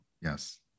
yes